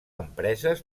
empreses